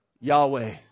Yahweh